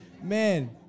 Man